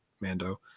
Mando